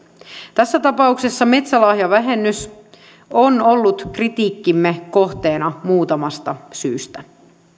tässä tapauksessa metsälahjavähennys on ollut kritiikkimme kohteena muutamasta syystä